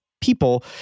people